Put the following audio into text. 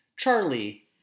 Charlie